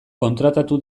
kontratatu